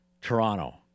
Toronto